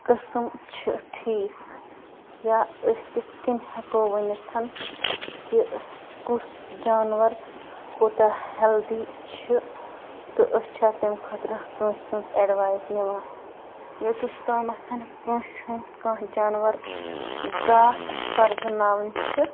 قٔسٕم چھِ ٹھیٖک یا أسۍ کِتھ کٔنۍ ہٮ۪کَو وٕنِتھ کہِ کُس جانوَر کوٗتاہ ہٮ۪لدی چھِ تہٕ أسی چھا تمہِ خٲطرٕ کانٛسہِ ہٕنٛز اٮ۪ڈوایِس نِوان یوتَت تامَتھ کٲنٛسہِ ہٕنز کانٛہہ جانوَر ذات پَرزٕناوٕنۍ چھِ